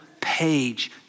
page